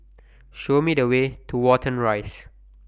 Show Me The Way to Watten Rise